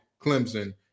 Clemson